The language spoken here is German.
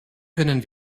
können